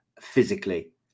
physically